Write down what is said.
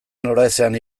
noraezean